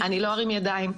אני לא ארים ידיים.